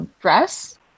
dress